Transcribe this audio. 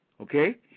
Okay